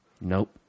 Nope